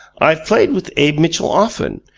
i've played with abe mitchell often,